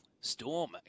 Storm